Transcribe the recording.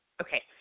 Okay